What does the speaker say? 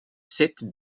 sept